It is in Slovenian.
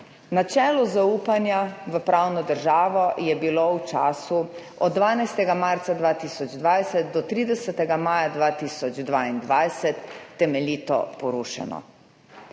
Načelo zaupanja v pravno državo je bilo v času od 12. marca 2020 do 30. maja 2022 temeljito porušeno.